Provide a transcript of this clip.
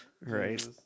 right